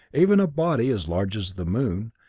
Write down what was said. even a body as large as the moon,